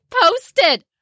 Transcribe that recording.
posted